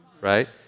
right